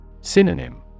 Synonym